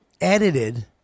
edited